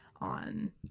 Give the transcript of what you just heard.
on